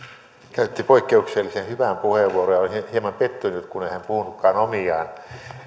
käytti poikkeuksellisen hyvän puheenvuoron ja olin hieman pettynyt kun hän ei puhunutkaan omiaan